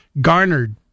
garnered